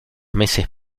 meses